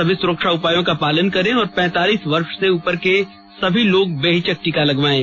सभी सुरक्षा उपायों का पालन करें और पैंतालीस वर्ष से उपर के सभी लोग बेहिचक टीका लगवायें